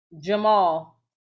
Jamal